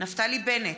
נפתלי בנט,